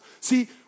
See